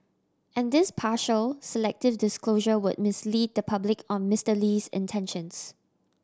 and this partial selective disclosure would mislead the public on Mister Lee's intentions